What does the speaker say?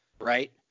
right